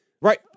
Right